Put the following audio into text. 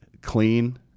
clean